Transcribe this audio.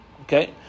Okay